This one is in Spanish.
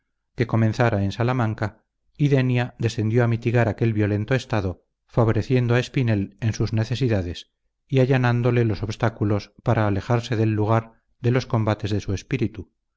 que comenzara en salamanca y denia descendió a mitigar aquel violento estado favoreciendo a espinel en sus necesidades y allanándole los obstáculos para alejarle del lugar de los combates de su espíritu